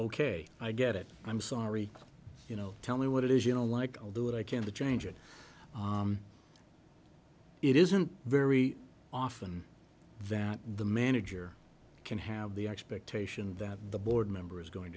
ok i get it i'm sorry you know tell me what it is you don't like i'll do what i can to change it it isn't very often that the manager can have the expectation that the board member is going